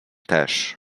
też